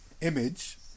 image